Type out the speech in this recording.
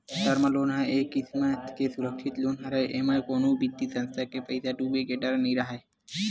term loan ह एक किसम के सुरक्छित लोन हरय एमा कोनो बित्तीय संस्था के पइसा डूबे के डर नइ राहय